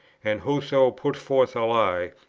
and whoso puts forth a lie,